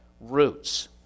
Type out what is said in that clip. roots